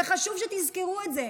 וחשוב שתזכרו את זה,